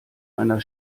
einer